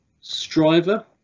Striver